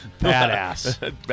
Badass